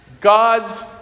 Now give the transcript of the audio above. God's